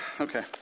Okay